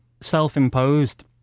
self-imposed